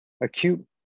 acute